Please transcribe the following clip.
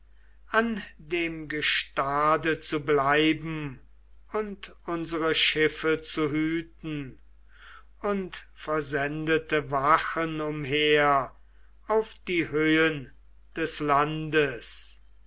an dem gestade zu bleiben und unsere schiffe zu hüten und versendete wachen umher auf die höhen des landes